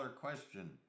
question